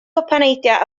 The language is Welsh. gwpaneidiau